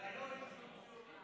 והיו"רים שהוציאו אותנו.